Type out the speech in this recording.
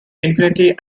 infinity